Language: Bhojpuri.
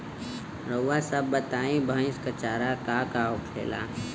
रउआ सभ बताई भईस क चारा का का होखेला?